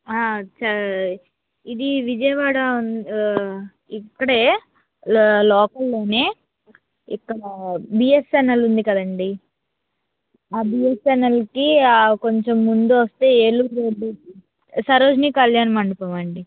ఆ సరే ఇది విజయవాడ ఇక్కడ లోకల్లో బిఎస్ఎన్ఎల్ ఉంది కదండి అది బిఎస్ఎన్ఎల్కి కొంచం ముందు వస్తే ఏలూరు రెడ్డి సరోజినీ కళ్యాణ మండపం అండి